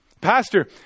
pastor